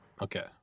Okay